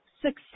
success